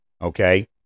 Okay